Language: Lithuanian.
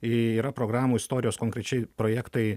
yra programų istorijos konkrečiai projektai